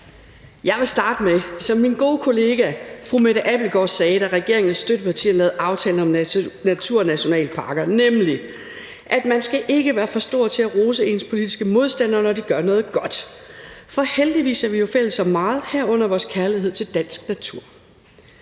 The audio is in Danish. Jeg vil starte med det, som min gode kollega fru Mette Abildgaard sagde, da regeringens støttepartier lavede aftalen om naturnationalparker, nemlig at man ikke skal være for stor til at rose ens politiske modstandere, når de gør noget godt. For heldigvis er vi jo fælles om meget, herunder vores kærlighed til dansk natur.